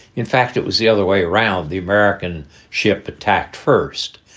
in fact, it was the other way around. the american ship attacked first.